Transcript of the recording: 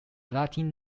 latin